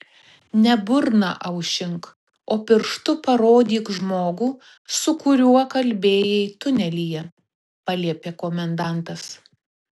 ne burną aušink o pirštu parodyk žmogų su kuriuo kalbėjai tunelyje paliepė komendantas